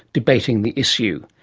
debating the issue.